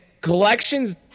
Collections